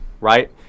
right